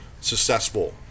successful